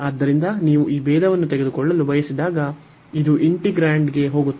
ಆದ್ದರಿಂದ ನೀವು ಭೇದವನ್ನು ತೆಗೆದುಕೊಳ್ಳಲು ಬಯಸಿದಾಗ ಇದು ಇಂಟಿಗ್ರಾಂಡ್ಗೆ ಹೋಗುತ್ತದೆ